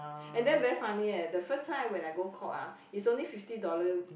and then very funny leh the first time when I go courts ah it's only fifty dollars